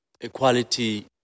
equality